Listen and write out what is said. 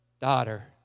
daughter